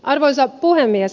arvoisa puhemies